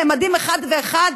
נעמדים אחד-אחד